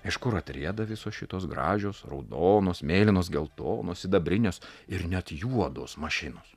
iš kur atrieda visos šitos gražios raudonos mėlynos geltonos sidabrinės ir net juodos mašinos